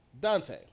Dante